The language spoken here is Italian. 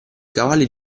cavalli